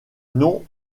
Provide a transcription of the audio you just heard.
non